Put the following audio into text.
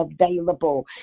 available